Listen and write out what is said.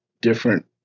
different